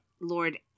Lord